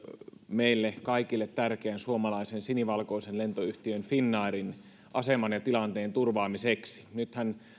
meille kaikille tärkeän suomalaisen sinivalkoisen lentoyhtiön finnairin aseman ja tilanteen turvaamiseksi nythän